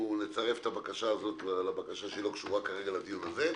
נצרף את הבקשה הזו לבקשה שלא קשורה כרגע לדיון הזה.